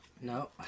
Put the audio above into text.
No